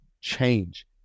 change